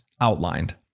outlined